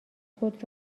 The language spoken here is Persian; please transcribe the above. خود